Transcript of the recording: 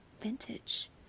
vintage